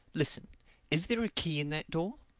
listen is there a key in that door?